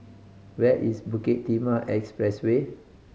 where is Bukit Timah Expressway